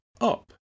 up